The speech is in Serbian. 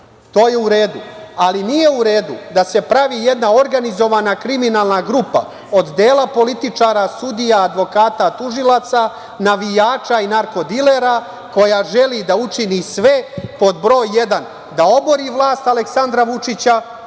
to je u redu, ali nije u redu da se pravi jedna organizovana kriminalna grupa od dela političara, sudija, advokata, tužilaca, navijača i narko-dilera, koja želi da učini sve, pod broj jedan, da obori vlast Aleksandra Vučića